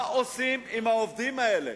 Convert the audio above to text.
מה עושים עם העובדים האלה?